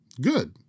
Good